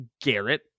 Garrett